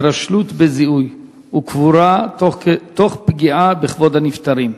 התרשלות בזיהוי וקבורה תוך פגיעה בכבוד הנפטרים.